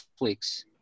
Netflix